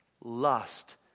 lust